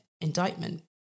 indictment